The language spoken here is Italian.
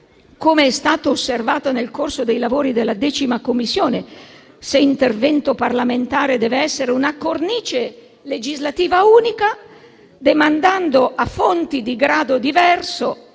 come è stato osservato nel corso dei lavori della 10a Commissione, se intervento parlamentare deve essere, una cornice legislativa unica, demandando a fonti di grado diverso,